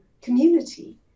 community